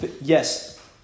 yes